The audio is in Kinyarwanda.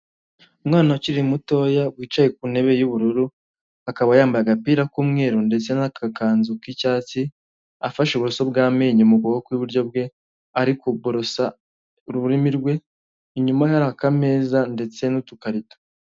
Umwana ukiri mutoya wicaye ku ntebe y'ubururu, akaba yambaye agapira k'umweru ndetse n'agakanzu k'icyatsi, afashe ubuso bw'amenyo mu kuboko kw'iburyo bwe, ari kuborosa ururimi rwe, inyuma hari aka m ndetse n'utukarito.